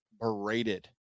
berated